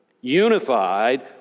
unified